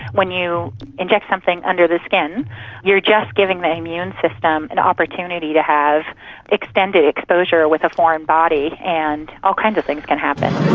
when you inject something under the skin you're just giving the immune system an opportunity to have extended exposure with a foreign body, and all kind of things can happen.